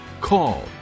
call